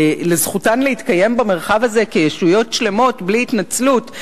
לזכותן להתקיים במרחב הזה כישויות שלמות בלי התנצלות.